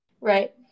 right